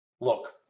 look